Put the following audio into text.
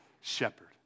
shepherd